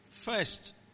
First